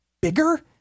bigger